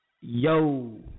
Yo